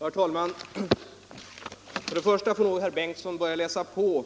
Herr talman! För det första får nog herr Torsten Bengtson börja läsa på